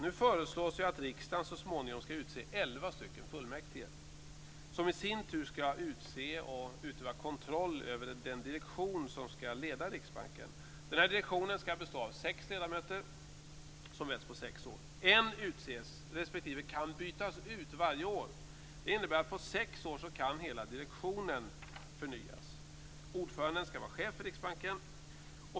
Det föreslås att riksdagen så småningom skall utse elva fullmäktige som i sin tur skall utse och utöva kontroll över den direktion som skall leda Riksbanken. Den direktionen skall bestå av sex ledamöter som väljs på sex år. En utses respektive kan bytas ut varje år. Det innebär att på sex år kan hela direktionen förnyas. Ordföranden skall vara chef för Riksbanken.